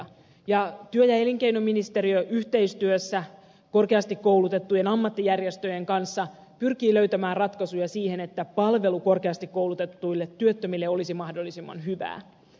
työ ja elinkeinoministeriö yhteistyössä korkeasti koulutettujen ammattijärjestöjen kanssa pyrkii löytämään ratkaisuja siihen että palvelu korkeasti koulutetuille työttömille olisi mahdollisimman hyvää